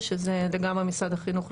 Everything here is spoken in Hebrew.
או שזה לגמרי משרד החינוך,